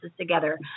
together